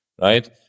right